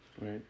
Right